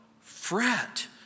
fret